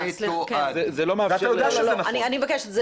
זה לא מאפשר --- אני מבקשת,